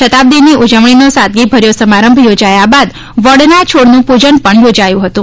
શતાબ્દીની ઉજવણીનો સાદગીભર્યો સમારંભ યોજાયા બાદ વડના છોડનું પૂજન પણ યોજાયું હતું